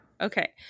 Okay